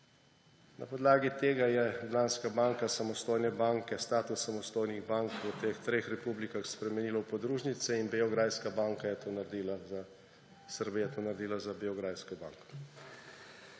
Na podlagi tega je Ljubljanska banka banke, s status samostojnih bank v teh treh republikah spremenila v podružnice. In Srbija je to naredila za Beograjsko banko